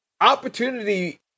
Opportunity